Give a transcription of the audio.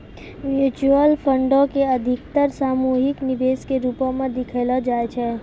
mutual फंडो के अधिकतर सामूहिक निवेश के रुपो मे देखलो जाय छै